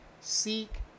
Seek